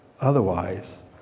otherwise